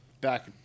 back